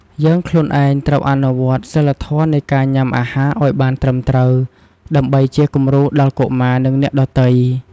យើងខ្លួនឯងត្រូវអនុវត្តសីលធម៌នៃការញ៉ាំអាហារឲ្យបានត្រឹមត្រូវ ដើម្បីជាគំរូដល់កុមារ និងអ្នកដទៃ។